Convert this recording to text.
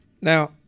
Now